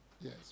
yes